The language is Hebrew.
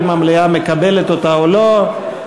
האם המליאה מקבלת אותה או לא.